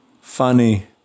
funny